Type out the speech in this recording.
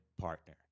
partner